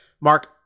Mark